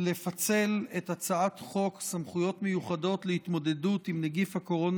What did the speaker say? לפצל את הצעת חוק סמכויות מיוחדות להתמודדות עם נגיף הקורונה